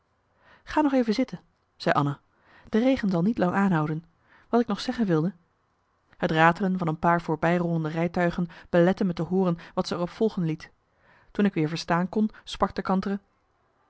ga nog even zitten zei anna de regen zal niet lang aanhouden wat ik nog zeggen wilde het ratelen van een paar voorbijrollende rijtuigen beletten me te hooren wat zij er op volgen liet toen ik weer verstaan kon sprak de kantere